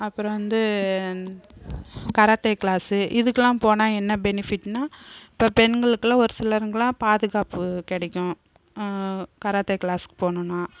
அப்புறம் வந்து karate class இதுக்கெலாம் போனால் என்ன பெனிஃபிட்னா இப்போ பெண்களுக்கெல்லாம் ஒருசிலருக்கெலாம் பாதுகாப்பு கிடைக்கும் கராத்தே க்ளாஸுக்கு போனோம்னால்